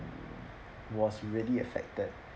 was really affected